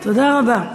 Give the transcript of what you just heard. תודה רבה.